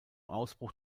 ausbruch